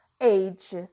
age